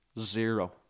zero